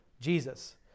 Jesus